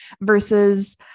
versus